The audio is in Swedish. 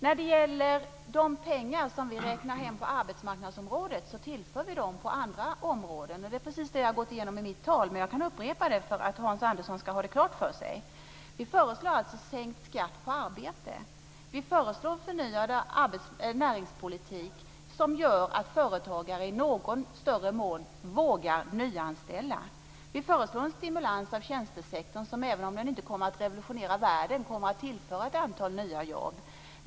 När det gäller de pengar som vi räknar hem på arbetsmarknadsområdet tillför vi dem på andra områden. Det är precis det jag har gått igenom i mitt anförande, men jag kan upprepa det för att Hans Andersson ska ha det klart för sig. Vi föreslår alltså sänkt skatt på arbete. Vi föreslår förnyad näringspolitik som gör att företagare i någon större utsträckning vågar nyanställa. Vi föreslår en stimulans av tjänstesektorn som även om den inte kommer att revolutionera världen kommer att tillföra ett antal nya jobb.